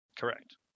Correct